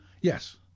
Yes